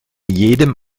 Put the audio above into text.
jedem